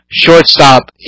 shortstop